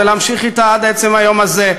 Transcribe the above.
ולהמשיך אתה עד עצם היום הזה,